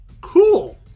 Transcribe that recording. Cool